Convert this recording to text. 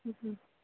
ம் ம்